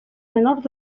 menors